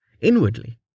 Inwardly